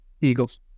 Eagles